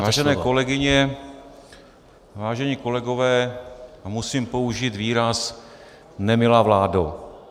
Vážené kolegyně, vážení kolegové, musím použít výraz nemilá vládo.